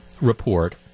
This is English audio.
report